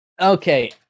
Okay